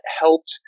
helped